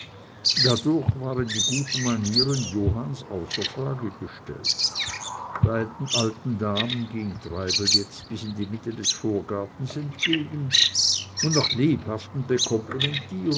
dadurch waren die guten manieren johanns außer frage gestellt beiden alten damen ging treibel jetzt bis in die mitte des vorgartens entgegen und nach lebhaften